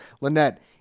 Lynette